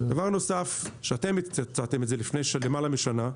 דבר נוסף, שאתם יצרתם את זה לפני למעלה משנה,